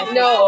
no